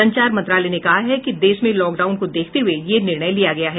संचार मंत्रालय ने कहा है कि देश में लॉकडाउन को देखते हुए यह निर्णय लिया गया है